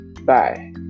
Bye